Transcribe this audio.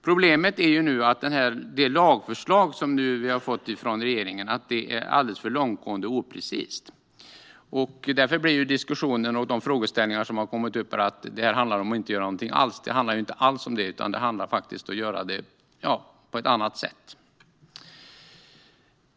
Problemet är att det lagförslag som vi har fått från regeringen är alldeles för långtgående och oprecist. Därför vrids diskussionen och de frågor som har kommit upp här till att detta skulle handla om att inte göra någonting alls. Det handlar inte alls om det, utan det handlar om att göra det på ett annat sätt.